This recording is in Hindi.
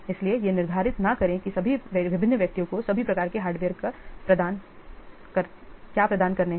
इसलिए यह निर्धारित न करें कि सभी विभिन्न व्यक्तियों को सभी प्रकार के हार्डवेयर क्या प्रदान करने हैं